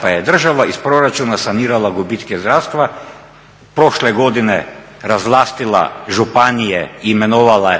pa je država iz proračuna sanirala gubitke zdravstva, prošle godine razvlastila županije i imenovala